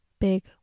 big